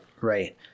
Right